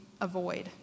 avoid